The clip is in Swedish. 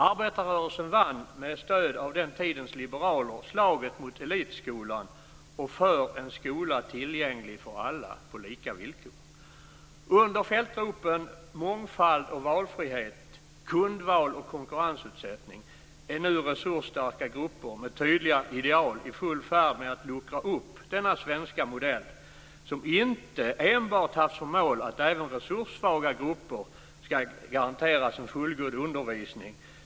Arbetarrörelsen vann, med stöd av den tidens liberaler, slaget mot elitskolan och för en skola tillgänglig för alla på lika villkor. Under fältropen "mångfald och valfrihet" och "kundval och konkurrensutsättning" är nu resursstarka grupper med tydliga ideal i full färd med att luckra upp denna svenska modell, som inte enbart haft som mål att även resurssvaga grupper skulle garanteras en fullgod undervisning.